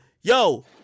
Yo